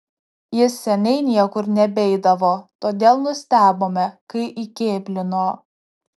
jis seniai niekur nebeidavo todėl nustebome kai įkėblino